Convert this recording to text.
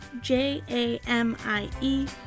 J-A-M-I-E